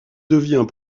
devient